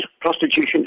prostitution